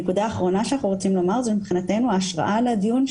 נקודה אחרונה שאנחנו רוצים להעלות זו מבחינתנו ההשוואה לדיון,